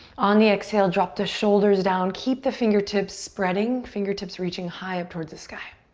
on the exhale, drop to shoulders down, keep the fingertips spreading. fingertips reaching high up towards the sky.